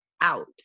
out